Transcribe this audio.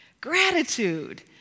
Gratitude